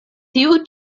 tiu